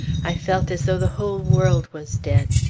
i felt as though the whole world was dead.